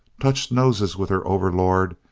touched noses with her overlord,